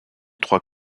trois